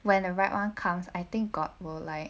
when the right [one] comes I think god will like